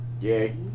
Yay